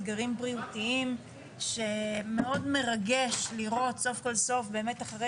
אתגרים בריאותיים שמאוד מרגש לראות סוף כל סוף באמת אחרי